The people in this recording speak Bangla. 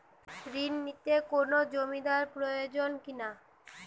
ঋণ নিতে কোনো জমিন্দার প্রয়োজন কি না?